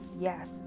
yes